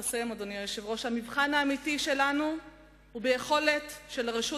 המבחן האמיתי שלנו הוא ביכולת של הרשות